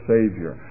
Savior